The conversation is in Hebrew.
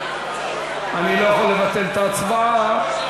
אני לא יכול לבטל את ההצבעה.